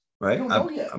right